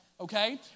okay